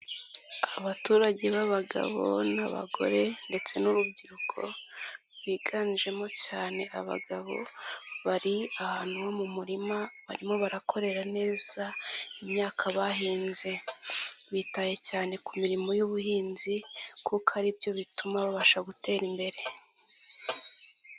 Abaturage b'abagabo n'abagore ndetse n'urubyiruko, biganjemo cyane abagabo bari ahantu ho mu murima barimo barakorera neza imyaka bahinze, bitaye cyane ku mirimo y'ubuhinzi kuko aribyo bituma babasha gutera imbere.